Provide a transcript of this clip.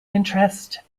interest